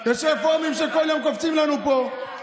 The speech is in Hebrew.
יש רפורמים שכל יום קופצים לנו פה,